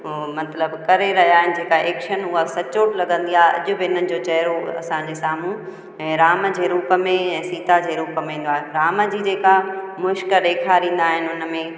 मतिलबु करे रहिया आहिनि जेका एक्शन उहा सचो लॻंदी आहे अॼु बि उन्हनि जो चहिरो असांजे साम्हूं ऐं राम जे रूप पे ऐं सीता जे रूम में ईंदो आ्हे राम जी जेका मुश्क ॾेखारींदा आहिनि उन में